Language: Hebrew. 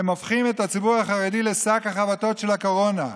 הם הופכים את הציבור החרדי לשק החבטות של הקורונה.